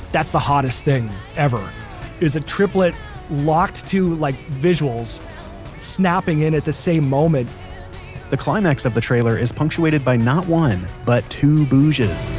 that's the hottest thing ever is a triplet locked to like visuals snapping in at the same moment the climax of the trailer is punctuated by not one, but two boojs